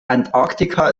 antarktika